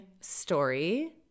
story